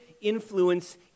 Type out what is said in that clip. influence